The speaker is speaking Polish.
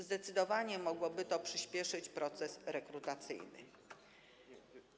Zdecydowanie mogłoby to przyspieszyć proces rekrutacyjny.